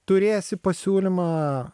turėsi pasiūlymą